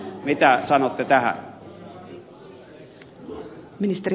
mitä sanotte tähän